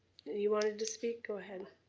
you wanted to speak, go ahead.